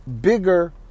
bigger